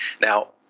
Now